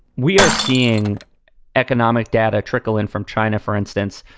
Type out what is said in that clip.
we are seeing economic data trickle in from china, for instance,